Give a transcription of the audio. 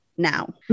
now